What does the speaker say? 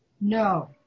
No